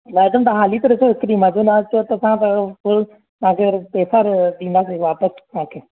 madam तव्हां हली त ॾिसो हिकु ॾींहुं मज़ो न अचेव त तां पहिरों फुल तव्हां खे पेसा ॾींदासीं वापसि तव्हां खे